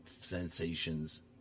Sensations